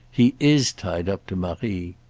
he is tied up to marie.